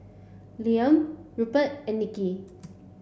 Liam Rupert and Nicki